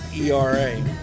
ERA